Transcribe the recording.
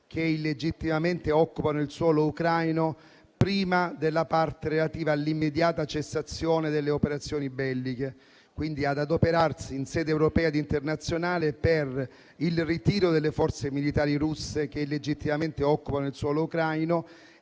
che illegittimamente occupano il suolo ucraino prima della parte relativa all'immediata cessazione delle operazioni belliche, quindi l'impegno sarebbe ad adoperarsi in sede europea ed internazionale per il ritiro delle Forze militari russe che illegittimamente occupano il suolo ucraino